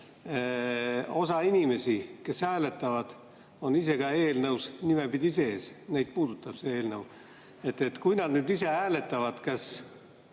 osa inimesi, kes hääletavad, on ka ise eelnõus nimepidi sees, neid puudutab see eelnõu. Kui nad nüüd ise hääletavad, siis